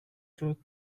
truth